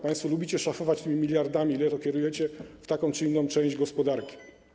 Państwo lubicie szafować tymi miliardami, ile to kierujecie na taką czy inną część gospodarki.